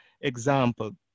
example